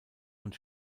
und